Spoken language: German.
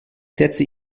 setze